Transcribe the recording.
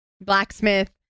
Blacksmith